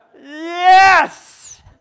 Yes